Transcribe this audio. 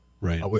right